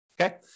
Okay